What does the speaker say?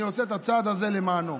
אני עושה את הצעד הזה למענו.